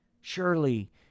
Surely